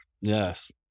yes